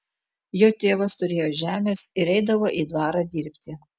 jo tėvas turėjo žemės ir eidavo į dvarą dirbti